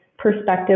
perspective